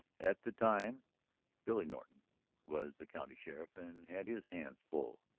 at the time billy norton was the county sheriff and had his hands full.